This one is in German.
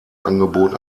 angebot